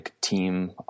team